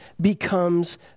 becomes